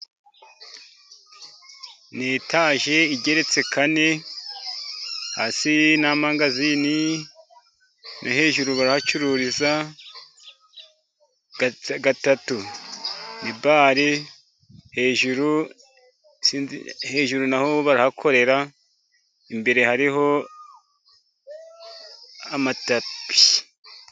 Ni itaje igeretse kane, hasi ni amangazini, no hejuru barahacururiza, gatatu ni bare， hejuru naho barahakorera, imbere hariho amatapi.